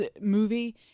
movie